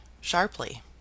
sharply